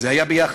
זה היה ביחד.